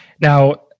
Now